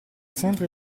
sempre